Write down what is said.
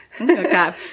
okay